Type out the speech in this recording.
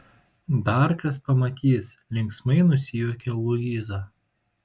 dar kas pamatys linksmai nusijuokia luiza